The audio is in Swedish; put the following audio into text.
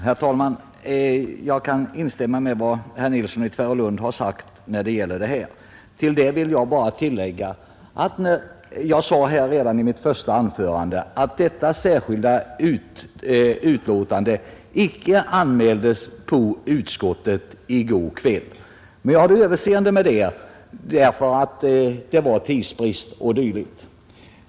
Herr talman! Jag kan instämma i vad herr Nilsson i Tvärålund har sagt här. Till det vill jag bara göra ett tillägg. Jag sade redan i mitt första anförande att detta särskilda yttrande icke anmäldes i utskottet i går kväll. Jag hade överseende med det därför att det var tidsbrist o. d.